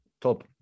top